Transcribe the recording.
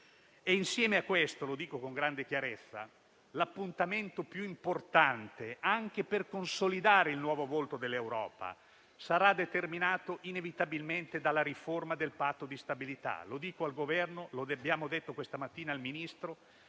Insieme a questo, lo dico con grande chiarezza, l'appuntamento più importante, anche per consolidare il nuovo volto dell'Europa, sarà determinato inevitabilmente dalla riforma del Patto di stabilità: lo dico al Governo, lo dobbiamo detto questa mattina al Ministro,